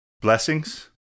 Blessings